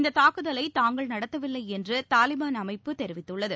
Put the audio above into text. இந்த தாக்குதலை தாங்கள் நடத்தவில்லை என்று தாலிபான் அமைப்பு தெரிவித்துள்ளது